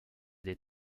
des